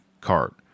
cart